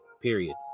period